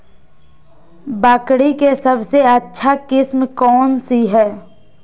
बकरी के सबसे अच्छा किस्म कौन सी है?